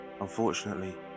unfortunately